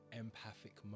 empathic